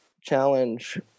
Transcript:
challenge